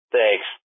Thanks